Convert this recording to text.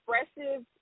expressive